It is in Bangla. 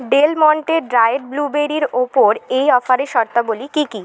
ডেল মন্টে ড্রায়েড ব্লুবেরির ওপর এই অফারের শর্তাবলী কী কী